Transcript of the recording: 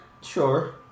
Sure